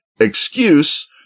excuse